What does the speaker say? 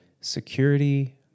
security